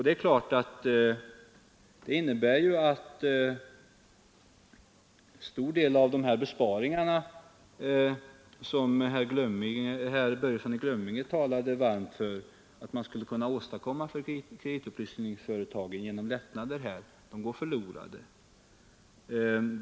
Det skulle medföra att en stor del av besparingarna, som herr Börjesson i Glömminge talade varmt för, går förlorade.